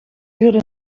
duurde